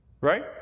Right